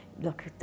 look